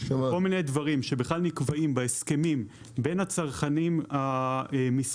כל מיני דברים שבכלל נקבעים בהסכמים בין הצרכנים המסחריים,